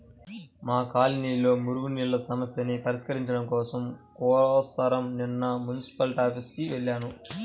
మా కాలనీలో మురుగునీళ్ళ సమస్యని పరిష్కరించుకోడం కోసరం నిన్న మున్సిపాల్టీ ఆఫీసుకి వెళ్లాను